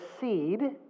seed